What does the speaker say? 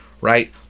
right